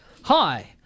Hi